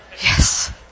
Yes